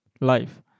life